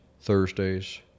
Thursdays